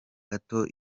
gato